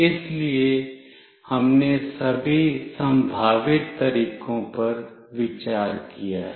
इसलिए हमने सभी संभावित तरीकों पर विचार किया है